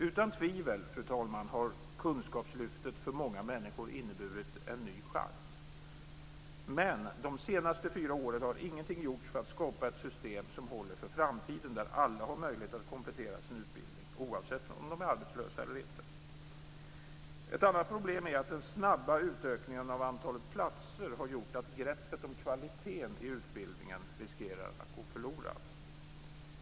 Utan tvivel, fru talman, har kunskapslyftet för många människor inneburit en ny chans. Men de senaste fyra åren har ingenting gjorts för att skapa ett system som håller för framtiden, där alla har möjlighet att komplettera sin utbildning, oavsett om de är arbetslösa eller inte. Ett annat problem är att den snabba utökningen av antalet platser har gjort att greppet om kvaliteten i utbildningen riskerar att gå förlorat.